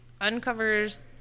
uncovers